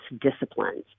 disciplines